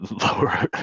lower